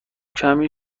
کمی